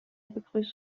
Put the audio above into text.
begrüßt